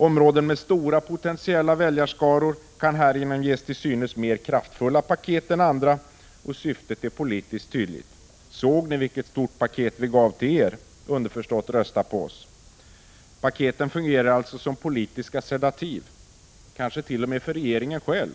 Områden med stora potentiella väljarskaror kan härigenom ges till synes mer kraftfulla paket än andra. Syftet är politiskt tydligt: Såg ni vilket stort paket vi gav till er? Underförstått är budskapet: Rösta på oss! Paketen fungerar alltså som politiska sedativ, kanske t.o.m. för regeringen själv.